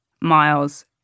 miles